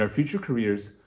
ah future careers,